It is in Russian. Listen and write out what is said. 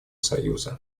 союза